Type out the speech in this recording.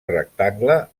rectangle